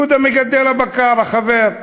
יהודה מגדל הבקר, החבר.